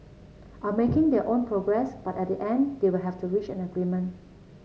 are making their own progress but at the end they will have to reach an agreement